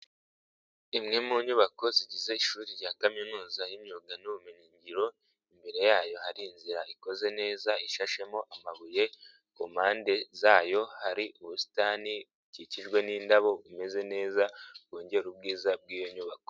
Imwe mu nyubako zigize ishuri rya kaminuza y'imyuga n'ubumenyingiro, imbere yayo hari inzira ikoze neza ishashemo amabuye, ku mpande zayo hari ubusitani bukikijwe n'indabo bumeze neza bwongera ubwiza bw'iyo nyubako.